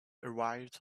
arrived